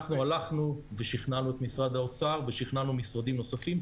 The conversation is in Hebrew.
אנחנו הלכנו ושכנענו את משרד האוצר ושכנענו משרדים נוספים,